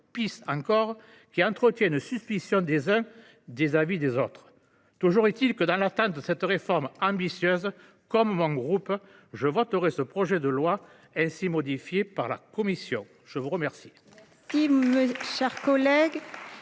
pire encore, qui entretient une suspicion des uns vis à vis des autres. Toujours est il que, dans l’attente de cette refonte ambitieuse, comme mon groupe, je voterai le projet de loi ainsi modifié par la commission. La parole